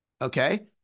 okay